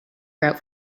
grout